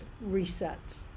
Reset